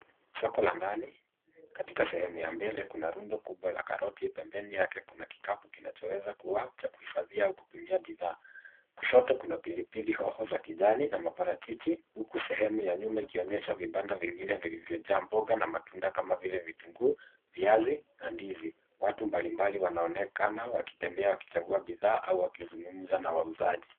Soko la ndani katika sehemu ya mbele kuna rundo kubwa karoti pembeni yake kuna kikapu kinacho weza kuwa ya kuhifidhia au kupimia bidhaa, kushoto kuna pilipili hoho za kijani na parachichi huku sehemu ya nyuma ikionyesha vibanda vingine viliovyo jaa mboga na matunda kama vile vitunguu, viazi na ndizi. Watu mbali mbali wana onekana wakitembea wakichangua bidhaa au wakizungumza na wauzaji.